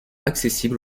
accessible